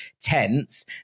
tense